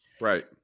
Right